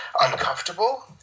uncomfortable